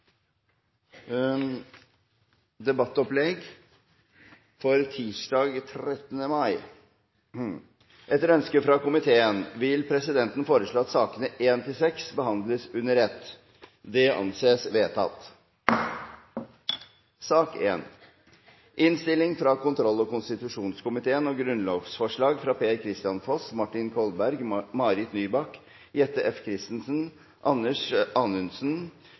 Etter ønske fra komiteen vil presidenten foreslå at sakene nr. 1–6 behandles under ett. – Det anses vedtatt. Etter ønske fra kontroll- og konstitusjonskomiteen